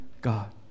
God